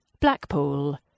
Blackpool